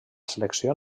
selecció